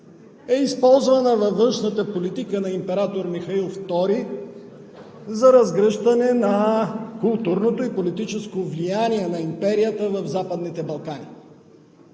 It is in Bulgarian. е използвана във външната политика на император Михаил II за разгръщане на културното и политическото влияние на империята в Западните Балкани.